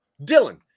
Dylan